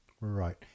Right